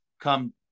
come